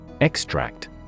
extract